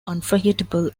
unforgettable